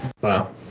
Wow